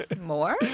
More